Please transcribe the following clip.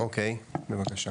אוקיי, בבקשה.